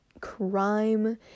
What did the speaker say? crime